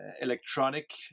electronic